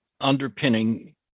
underpinning